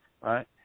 right